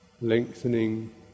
lengthening